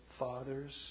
fathers